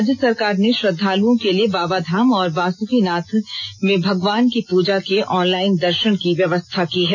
राज्य सरकार ने श्रद्धालुओं के लिए बाबाधाम और बासुकीनाथ में भगवान की पूजा के ऑनलाइन दर्शन की व्यवस्था की है